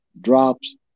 drops